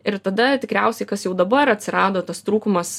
ir tada tikriausiai kas jau dabar atsirado tas trūkumas